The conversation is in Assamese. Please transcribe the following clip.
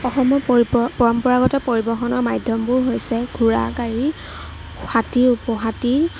অসমৰ পৰি পৰম্পৰাগত পৰিবহণৰ মাধ্যমবোৰ হৈছে ঘোঁৰাগাড়ী হাতী উপহাতী